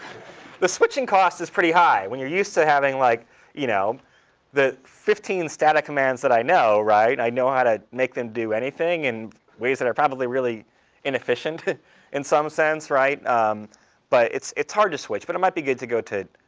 the switching cost is pretty high. when you're use to having like you know the fifteen stata commands that i know, i know how to make them do anything in ways that are probably really inefficient in some sense. but it's it's hard to switch. but it might be good to go to